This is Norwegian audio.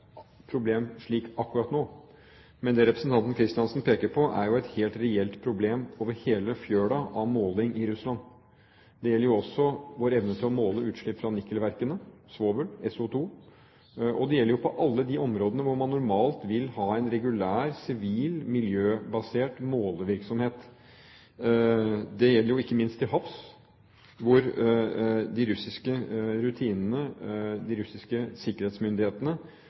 problem akkurat nå, men det representanten Kristiansen peker på, er jo et helt reelt problem over hele fjøla i Russland når det gjelder måling. Det gjelder også vår evne til å måle utslipp fra nikkelverkene, som svovel, SO2. Det gjelder på alle de områdene man normalt vil ha en regulær, sivil, miljøbasert målevirksomhet. Det gjelder ikke minst til havs hvor de russiske rutinene og de russiske sikkerhetsmyndighetene